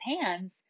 hands